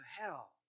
hell